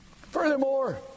Furthermore